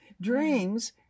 dreams